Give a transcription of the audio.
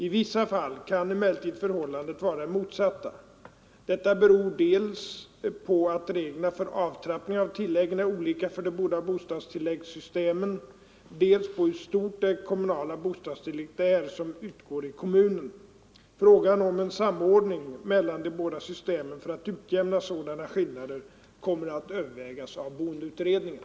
I vissa fall kan emellertid förhållandet vara det motsatta. Detta beror dels på att reglerna för avtrappning av tilläggen är olika för de båda bostadstilläggssystemen, dels på hur stort det kommunala bostadstillägget är som utgår i kommunen. Frågan om en samordning mellan de båda systemen för att utjämna sådana skillnader kommer att övervägas av boendeutredningen.